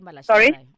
Sorry